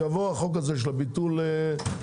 יבוא החוק הזה של הביטול זה,